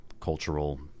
cultural